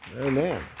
Amen